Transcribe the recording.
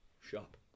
Shop